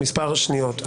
מספר שניות.